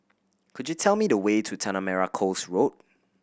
could you tell me the way to Tanah Merah Coast Road